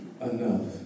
enough